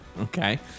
Okay